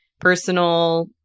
personal